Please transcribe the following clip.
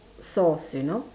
sauce you know